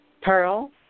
Pearl